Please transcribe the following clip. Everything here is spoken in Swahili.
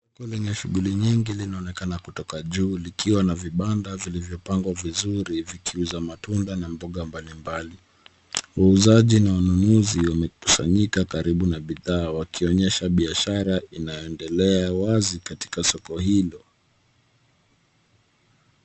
Soko lenye shughuli nyingi linaonekana kutoka juu likiwa na vibanda vilivyopangwa vizuri vikiuza matunda na mboga mbalimbali ,wauzaji na ununuzi wamekusanyika karibu na bidhaa wakionyesha biashara inayoendelea wazi katika soko hilo.